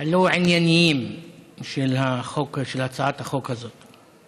הלא-עניינים בהצעת החוק הזאת,